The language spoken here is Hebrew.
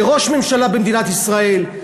לראש ממשלה במדינת ישראל,